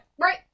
right